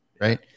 right